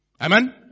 Amen